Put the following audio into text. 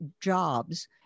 jobs